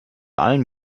allen